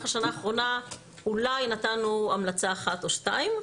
השנה האחרונה אולי המלצה אחת או שתיים,